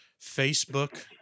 Facebook